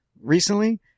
recently